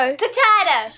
potato